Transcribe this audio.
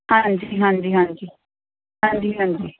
ਹਾਂਜੀ ਹਾਂਜੀ ਹਾਂਜੀ ਹਾਂਜੀ ਹਾਂਜੀ